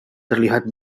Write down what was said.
terlihat